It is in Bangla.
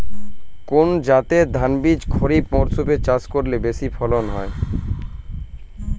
কোন জাতের ধানবীজ খরিপ মরসুম এ চাষ করলে বেশি ফলন হয়?